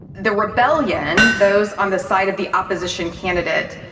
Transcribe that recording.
the rebellion, those on the side of the opposition candidate,